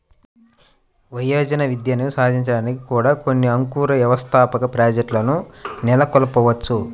వయోజన విద్యని సాధించడానికి కూడా కొన్ని అంకుర వ్యవస్థాపక ప్రాజెక్ట్లు నెలకొల్పవచ్చు